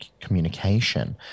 communication